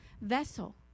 vessel